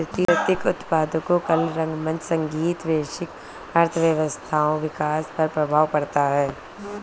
सांस्कृतिक उत्पादों में कला रंगमंच संगीत वैश्विक अर्थव्यवस्थाओं विकास पर प्रभाव पड़ता है